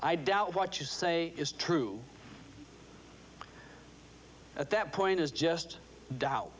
i doubt what you say is true at that point is just doubt